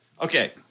Okay